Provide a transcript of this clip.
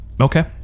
Okay